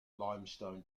limestone